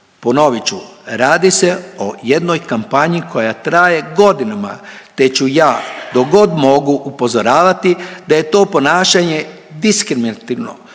Ponovit ću, radi se o jednoj kampanji koja traje godinama te ću ja dok god mogu upozoravati da je to ponašanje diskriminativno